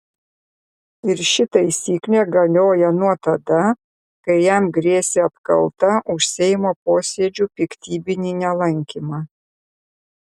ir ši taisyklė galioja nuo tada kai jam grėsė apkalta už seimo posėdžių piktybinį nelankymą